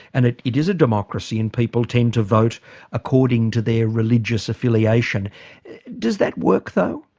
and it it is a democracy, and people tend to vote according to their religious affiliation does that work though?